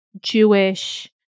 jewish